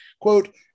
quote